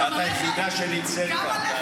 גם עליך הייתי מגינה, מאיר.